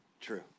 true